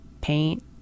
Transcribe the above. paint